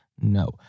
No